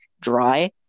dry